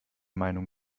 meinung